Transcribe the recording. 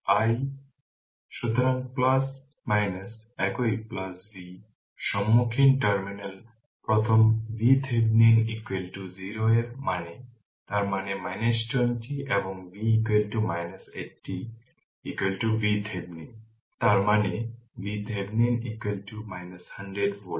সুতরাং প্লাস একই V সম্মুখীন টার্মিনাল প্রথম VThevenin 0 এর মানে তার মানে 20 এবং V 80 VThevenin তার মানে VThevenin 100 ভোল্ট